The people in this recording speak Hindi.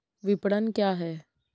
विपणन क्या है?